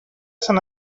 sant